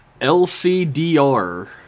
lcdr